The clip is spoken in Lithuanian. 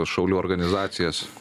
šaulių organizacijas